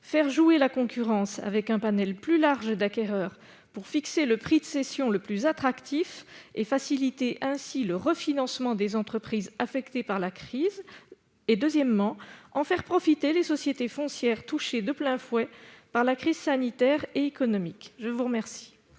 faire jouer la concurrence avec un panel plus large d'acquéreurs, pour fixer le prix de cession le plus attractif et faciliter ainsi le refinancement des entreprises affectées par la crise sanitaire ; deuxièmement, en faire profiter les sociétés foncières touchées de plein fouet par la crise sanitaire et économique. L'amendement